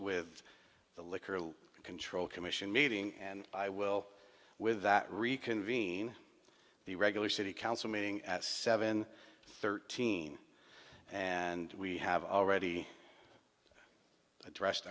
with the liquor control commission meeting and i will with that reconvene the regular city council meeting at seven thirteen and we have already addressed